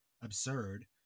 absurd